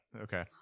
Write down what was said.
Okay